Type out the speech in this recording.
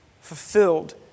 fulfilled